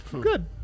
Good